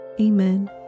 Amen